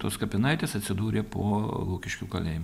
tos kapinaitės atsidūrė po lukiškių kalėjimu